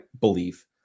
belief